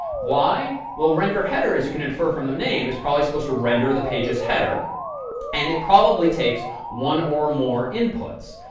why? well, renderheader as you can infer from the name is probably supposed to render the page's header and it probably takes one or more inputs.